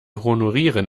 honorieren